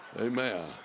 Amen